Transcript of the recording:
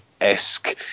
Esque